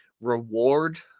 reward